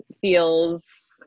feels